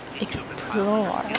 Explore